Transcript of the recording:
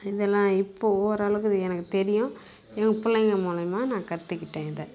இதெலாம் இப்போ ஓரளவுக்கு எனக்கு தெரியும் எங்கள் பிள்ளைங்க மூலயமா நான் கற்றுக்கிட்டேன் இதை